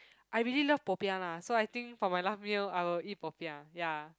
I really love popiah lah so I think for my last meal I will eat popiah ya